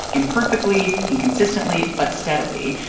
imperfectly and consistently, but steadily.